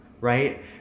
right